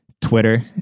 Twitter